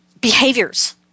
behaviors